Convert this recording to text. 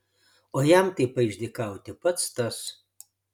o jam taip paišdykauti pats tas